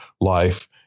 life